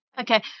Okay